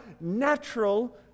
natural